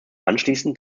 anschließend